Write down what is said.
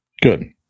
Good